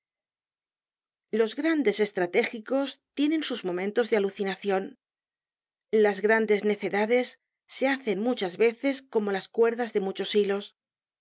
los grandes estratégicos tienen sus momentos de alucinacion las grandes necedades se hacen muchas veces como las cuerdas de muchos hilos